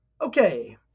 Okay